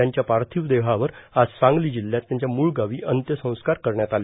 त्यांच्या पार्थिव देहावर आज सांगली जिल्ह्यात त्यांच्या मूळ गावी अंत्यसंस्कार करण्यात आलं